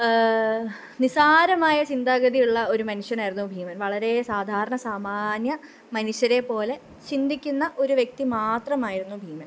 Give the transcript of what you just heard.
നിസാരമായ ചിന്താഗതിയുള്ള ഒരു മനുഷ്യനാരുന്നു ഭീമന് വളരേ സാധാരണ സാമാന്യ മനുഷ്യരെപ്പോലെ ചിന്തിക്കുന്ന ഒരു വ്യക്തി മാത്രമായിരുന്നു ഭീമന്